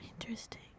Interesting